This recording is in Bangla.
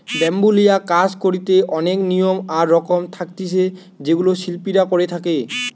ব্যাম্বু লিয়া কাজ করিতে অনেক নিয়ম আর রকম থাকতিছে যেগুলা শিল্পীরা করে থাকে